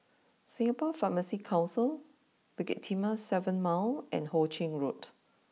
Singapore Pharmacy Council Bukit Timah seven Mile and Ho Ching Road